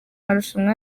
marushanwa